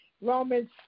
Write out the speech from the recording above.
Romans